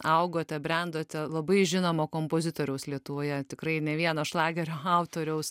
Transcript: augote brendote labai žinomo kompozitoriaus lietuvoje tikrai ne vieno šlagerio autoriaus